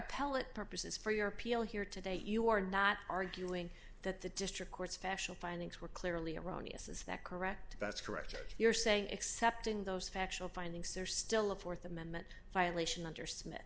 pellate purposes for your appeal here today you are not arguing that the district court special findings were clearly erroneous is that correct that's correct you're saying except in those factual findings there's still a th amendment violation under smith